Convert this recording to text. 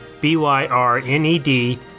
B-Y-R-N-E-D